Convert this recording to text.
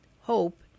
hope